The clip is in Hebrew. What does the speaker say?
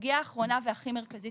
הסוגייה האחרונה והכי מרכזית